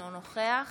אינו נוכח